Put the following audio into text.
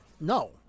no